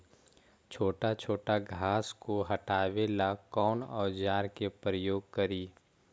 छोटा छोटा घास को हटाबे ला कौन औजार के प्रयोग करि?